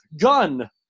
gun